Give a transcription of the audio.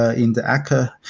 ah in the actor.